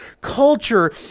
culture